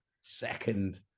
second